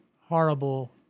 horrible